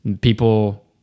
People